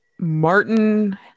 martin